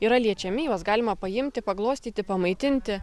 yra liečiami juos galima paimti paglostyti pamaitinti